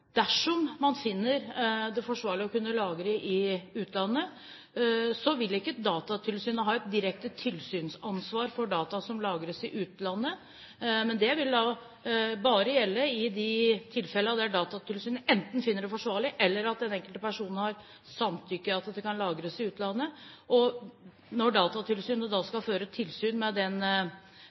Dersom man finner det forsvarlig å kunne lagre i utlandet, vil ikke Datatilsynet ha et direkte tilsynsansvar for det. Men det vil bare gjelde i de tilfellene der Datatilsynet enten finner det forsvarlig, eller at den enkelte person har samtykket i at dette kan lagres i utlandet. Når Datatilsynet da skal føre tilsyn med den